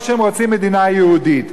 או שהם רוצים מדינה יהודית,